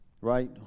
right